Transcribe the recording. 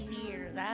years